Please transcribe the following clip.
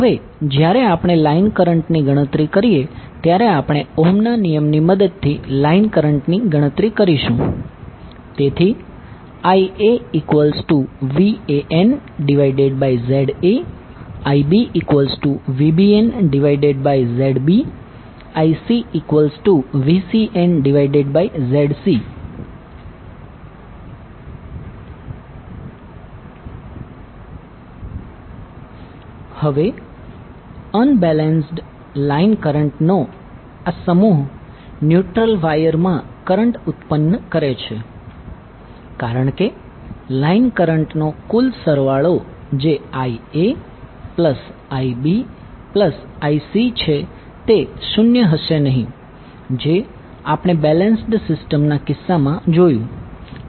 હવે જ્યારે આપણે લાઈન કરંટની ગણતરી કરીએ ત્યારે આપણે ઓહ્મના નિયમની મદદથી લાઈન કરંટની ગણતરી કરીશું તેથી IaVANZA IbVBNZB IcVCNZC હવે અનબેલેન્સ્ડ લાઇન કરંટ નો આ સમૂહ ન્યુટ્રલ વાયર માં કરંટ ઉત્પન્ન કરે છે કારણ કે લાઇન કરંટનો કુલ સરવાળો જે IaIbIcછે તે 0 હશે નહીં જે આપણે બેલેન્સ્ડ સિસ્ટમના કિસ્સામાં જોયું